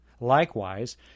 Likewise